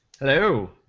Hello